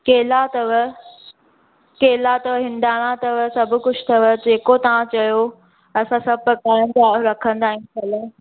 केला अथव केला अथव हिंदाणा अथव सभु कुझु अथव जेको तव्हां चयो असां सभु प्रकारनि जा रखंदा आहिनि फल